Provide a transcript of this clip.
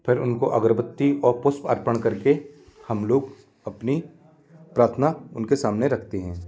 फिर उनको अगरबत्ती और पुष्प अर्पण कर के हम लोग अपनी प्राथना उनके सामने रखते हैं